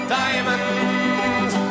diamonds